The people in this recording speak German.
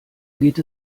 geht